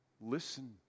Listen